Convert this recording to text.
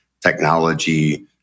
technology